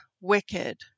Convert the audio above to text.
wicked